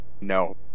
no